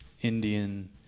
Indian